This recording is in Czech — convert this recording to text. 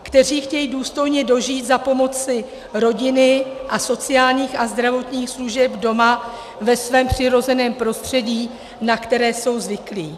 Kteří chtějí důstojně dožít za pomoci rodiny a sociálních a zdravotních služeb doma, ve svém přirozeném prostředí, na které jsou zvyklí.